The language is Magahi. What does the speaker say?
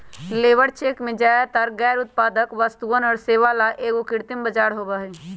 लेबर चेक में ज्यादातर गैर उत्पादक वस्तुअन और सेवा ला एगो कृत्रिम बाजार होबा हई